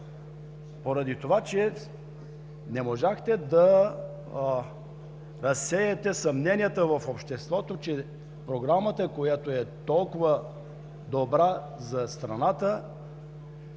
Поради това, че не можахте да разсеете съмненията в обществото, че в Програмата, която е толкова добра за страната,